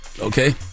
Okay